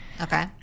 Okay